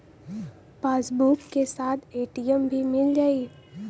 Passbook के साथ ATM भी मील जाई?